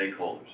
stakeholders